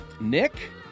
nick